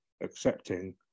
accepting